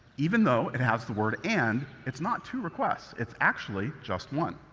even though it has the word and, it's not two requests it's actually just one.